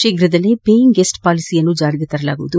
ಶೀಫ್ರದಲ್ಲೇ paying guest ಪಾಲಿಸಿಯನ್ನು ಜಾರಿಗೆ ತರಲಾಗುವುದು